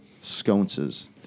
sconces